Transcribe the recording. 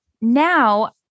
now